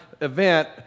event